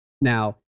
Now